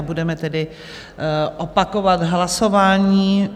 Budeme tedy opakovat hlasování.